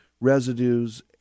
residues